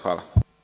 Hvala.